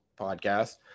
podcast